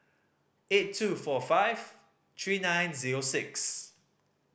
eight two four five three nine zero six